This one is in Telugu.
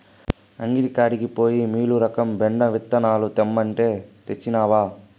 అంగడి కాడికి పోయి మీలురకం బెండ విత్తనాలు తెమ్మంటే, తెచ్చినవా